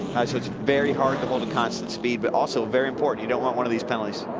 so it's very hard to hold a constant speed but also very important. you don't want one of these penalties.